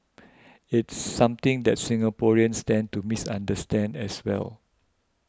it's something that Singaporeans tend to misunderstand as well